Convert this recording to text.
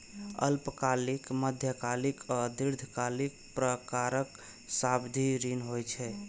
अल्पकालिक, मध्यकालिक आ दीर्घकालिक प्रकारक सावधि ऋण होइ छै